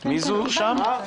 מעבר